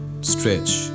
stretch